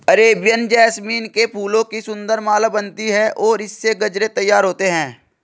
Arabian jasmine के फूलों की सुंदर माला बनती है और इससे गजरे तैयार होते हैं